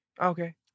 Okay